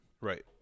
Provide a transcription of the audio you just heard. Right